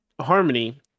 Harmony